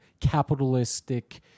Capitalistic